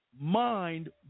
mind